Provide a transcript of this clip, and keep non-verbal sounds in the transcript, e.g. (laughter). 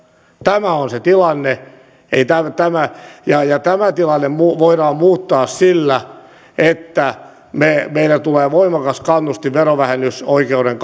tämä on se tilanne ja ja tämä tilanne voidaan muuttaa sillä että meille tulee voimakas kannustin verovähennysoikeuden (unintelligible)